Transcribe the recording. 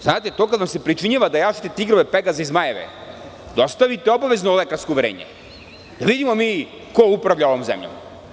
Znate, to kad vam se pričinjava da jašete tigrove, Pegaze i zmajeve, dostavite obavezno lekarsko uverenje, da vidimo mi ko upravlja ovom zemljom?